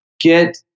get